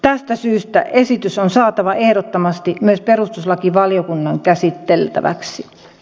tästä syystä esitys on saatava ehdottomasti myös perustuslakivaliokunnan käsiteltäväksi